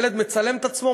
ילד מצלם את עצמו,